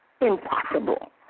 Impossible